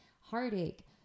heartache